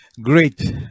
great